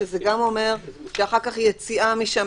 שזה גם אומר שיציאה משם,